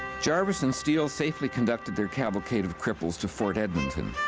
jarvis and steele safely conducted their cavalcade of cripples to fort edmonton.